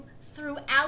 throughout